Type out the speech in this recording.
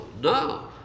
No